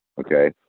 Okay